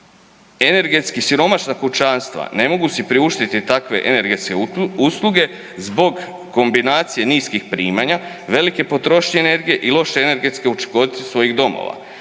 Energetski siromašna kućanstva ne mogu si priuštiti takve energetske usluge zbog kombinacije niskim primanja, velike potrošnje energije i loše energetske učinkovitosti svojih domova.